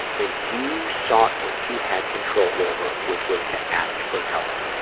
is you sought what you had control over, which was to ask for help.